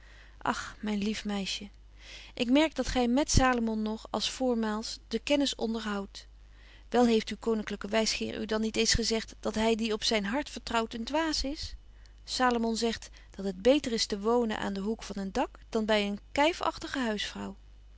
ach myn lief meisje ik merk dat gy met salomon nog als voormaals de kennis onderhoudt wel heeft uw koninglyke wysgeer u dan niet eens gezegt dat hy die op zyn hart vertrouwt een dwaas is salomon zegt dat het beter is te wonen aan den hoek van een dak dan by eene kyfagtige huisvrouw